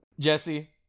Jesse